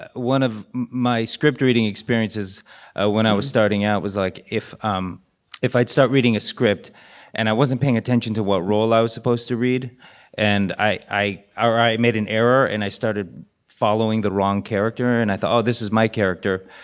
one of my script-reading experiences ah when i was starting out was, like, if um if i'd start reading a script and i wasn't paying attention to what role i was supposed to read and i i ah or i made an error and i started following the wrong character and i thought, oh, this is my character,